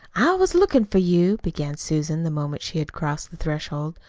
i was lookin' for you, began susan the moment she had crossed the threshold.